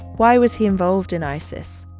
why was he involved in isis?